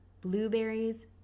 blueberries